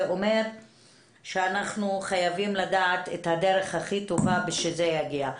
זה אומר שאנחנו חייבים לדעת את הדרך הכי טובה בשביל שזה יגיע.